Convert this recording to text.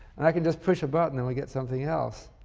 and i can just push a button and we get something else.